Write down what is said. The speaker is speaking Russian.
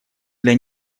для